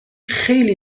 خیلی